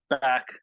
back